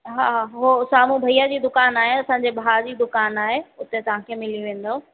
हा हू साम्हूं भैया जी दुकानु आहे असांजे भाउ जी दुकानु आहे उते तव्हां खे मिली वेंदव